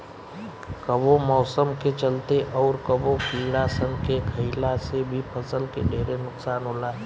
कबो मौसम के चलते, अउर कबो कीड़ा सन के खईला से भी फसल के ढेरे नुकसान होला